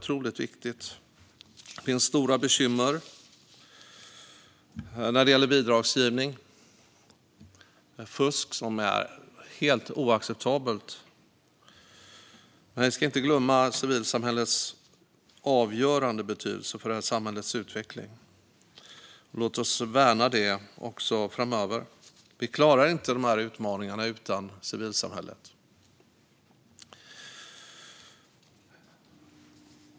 Det finns stora bekymmer när det gäller bidragsgivningen, med fusk som är helt oacceptabelt. Men vi ska inte glömma civilsamhällets avgörande betydelse för samhällets utveckling. Låt oss värna detta även framöver! Vi klarar inte utmaningarna utan hjälp från civilsamhället.